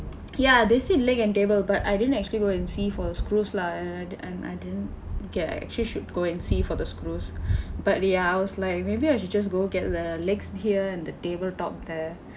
ya they say leg and table but I didn't actually go and see for the screws lah and I I didn't get actually should go and see for the screws but ya I was like maybe I should just go get the legs here and the table top there